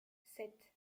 sept